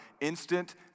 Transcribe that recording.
instant